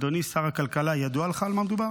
אדוני שר הכלכלה, ידוע לך על מה מדובר?